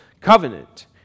covenant